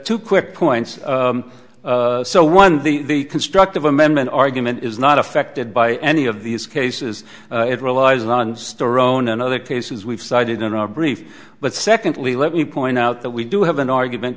wo quick points so one the constructive amendment argument is not affected by any of these cases it relies on store own and other cases we've cited in our brief but secondly let me point out that we do have an argument